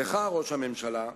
לך, ראש הממשלה,